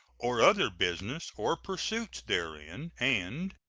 or other business or pursuits therein and